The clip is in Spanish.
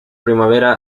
primavera